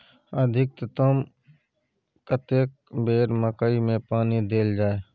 अधिकतम कतेक बेर मकई मे पानी देल जाय?